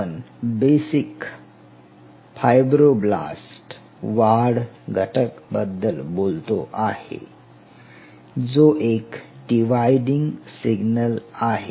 आपण basic fibroblast वाढ घटक बद्दल बोलतो आहे जो एक डीवायडिंग सिग्नल आहे